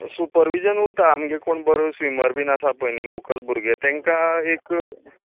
supervision उरतां आमगें कोण बरो स्विमर बी आसा पळय न्हय लोकल भुरगें तांकां एक